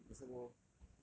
and we some more